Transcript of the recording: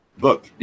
Look